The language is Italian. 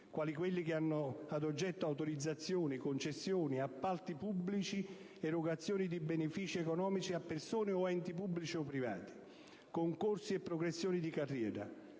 quali quelli che hanno ad oggetto autorizzazioni, concessioni, appalti pubblici, erogazioni di benefici economici a persone o enti pubblici o privati, concorsi e progressioni di carriera.